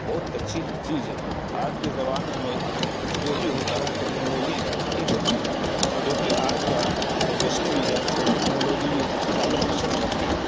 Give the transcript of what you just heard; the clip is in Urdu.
بہت اچھی چیز ہے آج کے زمانے میں جو بھی ہوتا ہے ٹیکنالوجی ہی ہوتی ہے جو کہ آج کا جنریسن بھی ہے وہ ٹیکنالوجی بھی زیادہ پسند کرتے ہے